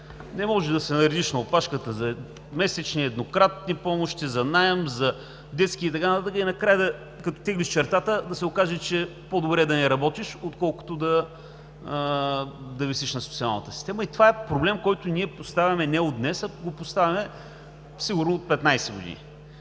Не може да се наредиш на опашката за месечни, еднократни помощи за наем, за детски и така нататък, и накрая, като теглиш чертата, да се окаже, че по-добре да не работиш, а да висиш на социалната система. Това е проблем, който ние поставяме не от днес, а го поставяме сигурно от 15 години.